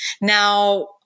Now